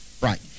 Right